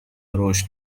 رشد